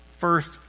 first